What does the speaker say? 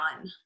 on